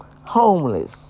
Homeless